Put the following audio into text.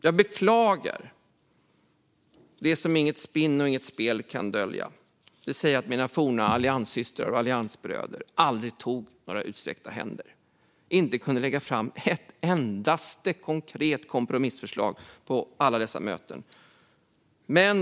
Jag beklagar det som inget spinn och inget spel kan dölja, det vill säga att mina forna allianssystrar och alliansbröder aldrig tog några utsträckta händer och inte kunde lägga fram ett endaste konkret kompromissförslag vid alla dessa möten.